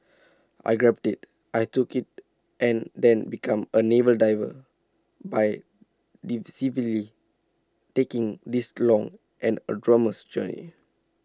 I grabbed IT I took IT and then become A naval diver by taking this long and arduous journey